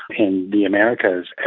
in the americas,